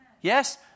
Yes